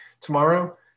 Tomorrow